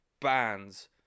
bands